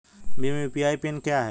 Bhim UPI PIN क्या है?